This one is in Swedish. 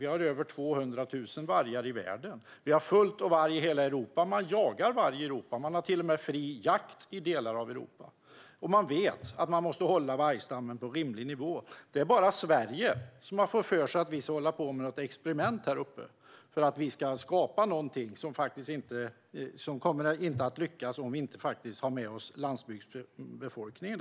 Vi har över 200 000 vargar i världen. Vi har fullt av varg i hela Europa. Man jagar varg i Europa. Man har till och med fri jakt i delar av Europa, och man vet att man måste hålla vargstammen på en rimlig nivå. Det är bara häruppe i Sverige som vi har fått för oss att vi ska hålla på med något experiment för att skapa någonting som inte kommer att lyckas om vi inte har med oss landsbygdsbefolkningen.